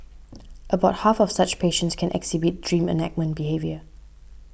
about half of such patients can exhibit dream enactment behaviour